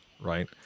Right